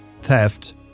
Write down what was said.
theft